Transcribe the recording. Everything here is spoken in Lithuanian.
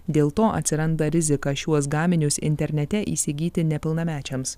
dėl to atsiranda rizika šiuos gaminius internete įsigyti nepilnamečiams